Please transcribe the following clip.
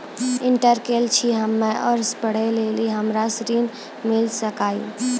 Inter केल छी हम्मे और पढ़े लेली हमरा ऋण मिल सकाई?